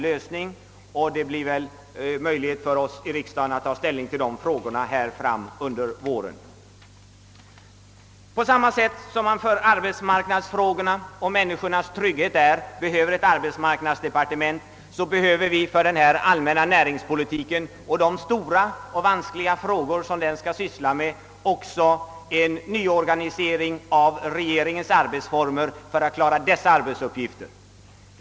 Vi får väl här i riksdagen ta ställning till den frågan under vårriksdagen. Men liksom vi behöver ett arbetsmarknadsdepartement för frågor som rör arbete och människornas trygghet, behöver vi för den allmänna näringspolitiken och de stora och vanskliga frågor som den skall syssla med en ny organisering av regeringens arbetsformer.